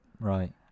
Right